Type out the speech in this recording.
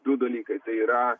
du dalykai tai yra